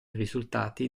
risultati